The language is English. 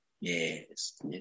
Yes